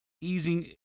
easing